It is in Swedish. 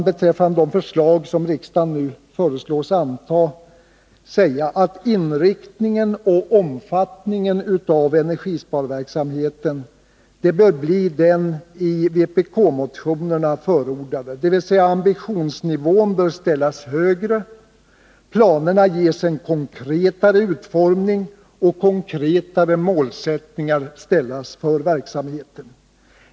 Beträffande de förslag som riksdagen nu föreslås anta vill jag till sist, herr talman, anföra att inriktningen och omfattningen av energisparverksamheten bör bli den i vpk-motionerna förordade, dvs. ambitionsnivån bör vara högre, planerna ges en konkretare utformning och konkreta målsättningar uppställas för verksamheten.